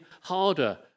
harder